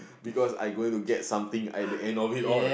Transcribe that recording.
because I'm gonna get something by the end of it all